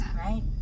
right